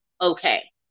Okay